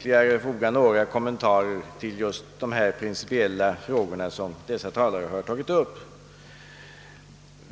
ändock foga några kommentarer till de principiella frågor som dessa talare har tagit upp.